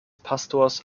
pastors